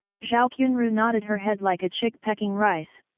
zhao qianru nodded her head like a chick pecking rice,